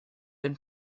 been